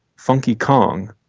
funky kong.